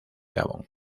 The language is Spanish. gabón